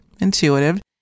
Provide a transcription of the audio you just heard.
intuitive